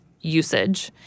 usage